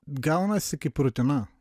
gaunasi kaip rutina